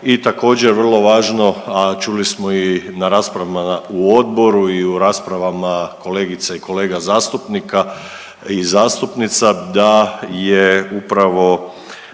i također vrlo važno, a čuli smo i na raspravama u odboru i u raspravama kolegica i kolega zastupnika i zastupnica da je upravo